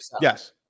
Yes